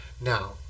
Now